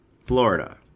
florida